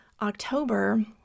October